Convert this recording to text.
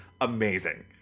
amazing